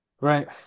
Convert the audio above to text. Right